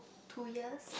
two years